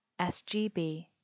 sgb